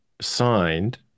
signed